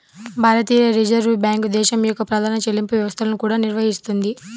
భారతీయ reserve bank దేశం యొక్క ప్రధాన చెల్లింపు వ్యవస్థలను కూడా నిర్వహిస్తుంది